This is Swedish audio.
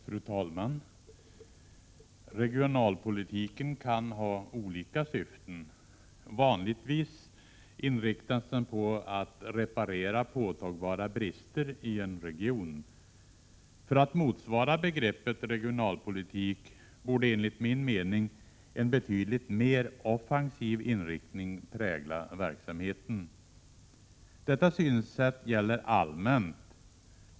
Fru talman! Regionalpolitiken kan ha olika syften. Vanligtvis inriktas den på att reparera påtagbara brister i en region. För att motsvara begreppet regionalpolitik borde enligt min mening en betydligt mer offensiv inriktning prägla verksamheten. Detta synsätt gäller allmänt.